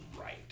right